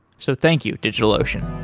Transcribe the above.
so thank you, digitalocean